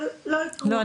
אבל לא --- לא,